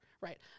right